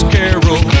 Carol